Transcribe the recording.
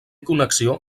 connexió